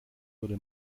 würde